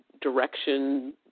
direction